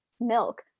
milk